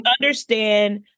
Understand